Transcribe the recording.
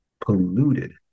polluted